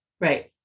Right